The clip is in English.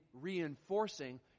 reinforcing